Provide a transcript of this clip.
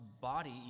body